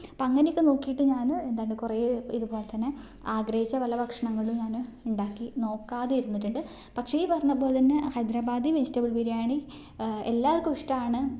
അപ്പം അങ്ങനെക്കെ നോക്കീട്ട് ഞാൻ എന്താണ് കുറെ ഇത്പോലെ തന്നെ ആഗ്രഹിച്ച പല ഭക്ഷണങ്ങളും ഞാൻ ഉണ്ടാക്കി നോക്കാതെ ഇരുന്നിട്ടുണ്ട് പക്ഷേ ഈ പറഞ്ഞ പോലെ തന്നെ ഹൈദരാബാദി വെജിറ്റബിൾ ബിരിയാണി എല്ലാവർക്കും ഇഷ്ടമാണ്